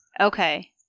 Okay